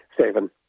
Stephen